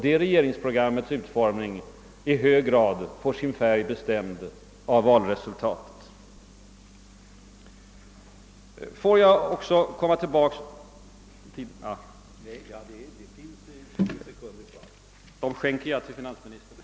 Det regeringsprogrammets utformning blir i hög grad bestämt av valresultatet. Ja, herr talman, jag ser att min repliktid tyvärr är slut nu. Dem skänker jag till finansministern!